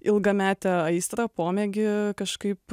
ilgametę aistrą pomėgį kažkaip